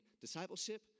discipleship